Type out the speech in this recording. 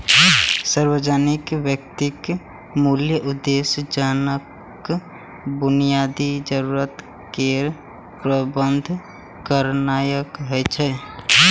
सार्वजनिक वित्तक मूल उद्देश्य जनताक बुनियादी जरूरत केर प्रबंध करनाय होइ छै